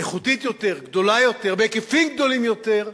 איכותית יותר, גדולה יותר, בהיקפים גדולים יותר,